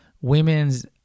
women's